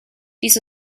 dies